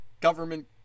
government